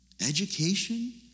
education